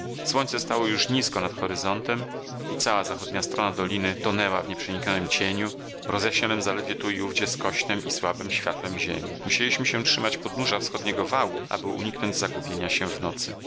słońce stało już nizko nad horyzontem i cała zachodnia strona doliny tonęła w nieprzeniknionym cieniu rozjaśnionym zaledwie tu i ówdzie skośnem i słabem światłem ziemi musieliśmy się trzymać podnóża wschodniego wału aby uniknąć zagubienia się w nocy